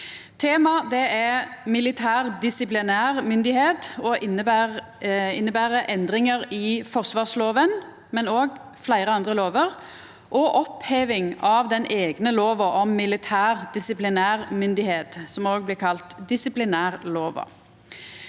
Temaet er militær disiplinærmyndigheit og inneber endringar i forsvarsloven, men òg fleire andre lovar, og oppheving av den eigne loven om militær disiplinærmyndigheit, som òg blir kalla disiplinærloven.